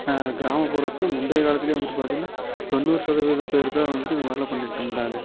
கிராமப்புறத்தில் முந்தைய காலத்துல வந்துவிட்டு பார்த்திங்கனா தொண்ணூறு சதவீத பேர் தான் வந்துவிட்டு இதுமாதிரிலாம் பண்ணிட்டுருந்தாங்க